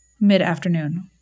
Mid-afternoon